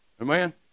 Amen